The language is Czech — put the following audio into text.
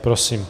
Prosím.